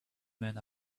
men